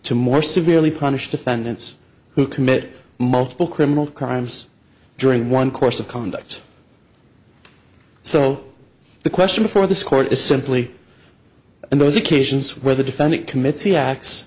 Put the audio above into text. to more severely punished defendants who commit multiple criminal crimes during one course of conduct so the question before this court is simply and those occasions where the defendant commits